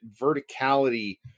verticality